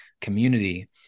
community